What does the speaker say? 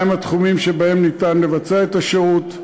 מהם התחומים שבהם ניתן לבצע את השירות,